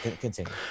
continue